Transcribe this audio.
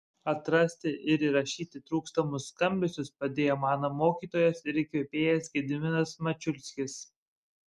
atrasti ir įrašyti trūkstamus skambesius padėjo mano mokytojas ir įkvėpėjas gediminas mačiulskis